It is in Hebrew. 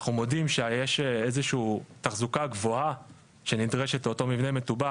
אנחנו מודים שיש איזושהי תחזוקה גבוהה שנדרשת לאותו מבנה מטובע.